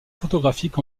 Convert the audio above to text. photographiques